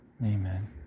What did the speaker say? amen